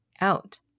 out